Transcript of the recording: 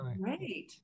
great